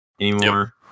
anymore